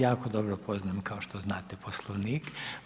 Ja jako dobro poznajem, kao što znate Poslovnik.